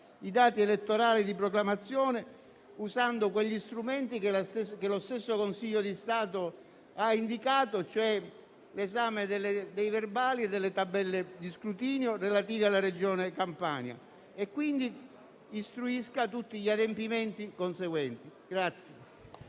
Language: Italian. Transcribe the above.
i dati elettorali di proclamazione usando quegli strumenti che il Consiglio di Stato ha indicato, ossia l'esame dei verbali e delle tabelle di scrutinio relativi alla Regione Campania, e quindi istruisca tutti gli adempimenti conseguenti.